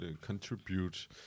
contribute